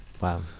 Wow